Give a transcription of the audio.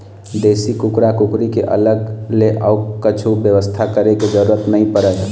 देसी कुकरा कुकरी अलग ले अउ कछु बेवस्था करे के जरूरत नइ परय